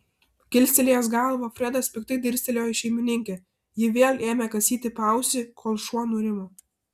kilstelėjęs galvą fredas piktai dirstelėjo į šeimininkę ji vėl ėmė kasyti paausį kol šuo nurimo